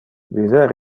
viver